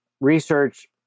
research